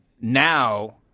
now